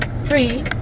three